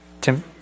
Tim